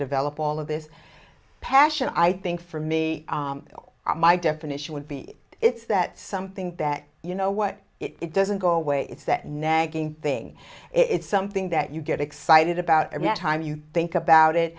develop all of this passion i think for me my definition would be it's that something that you know what it doesn't go away it's that nagging thing it's something that you get excited about every time you think about it